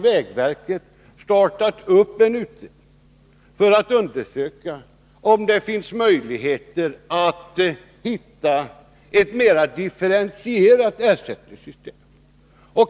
Vägverket har redan börjat undersöka om det finns möjligheter att hitta ett mera differentierat ersättningssystem.